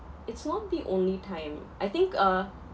it's not the only time I think uh